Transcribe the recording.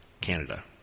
Canada